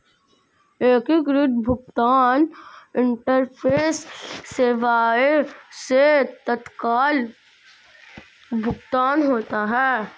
एकीकृत भुगतान इंटरफेस सेवाएं से तत्काल भुगतान होता है